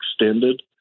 extended